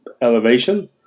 elevation